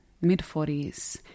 mid-40s